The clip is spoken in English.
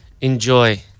enjoy